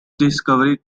discovery